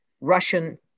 Russian